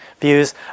Views